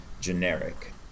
generic